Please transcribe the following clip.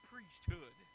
priesthood